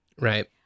right